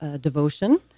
devotion